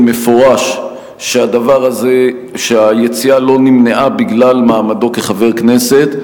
מפורש שהיציאה לא נמנעה בגלל מעמדו כחבר כנסת,